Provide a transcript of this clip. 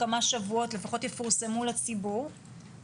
רציתי רק לומר שכבר היום אנחנו רואים ניצנים בשטח,